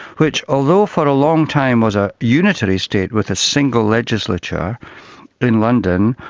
which although for a long time was a unitary state with a single legislature in london,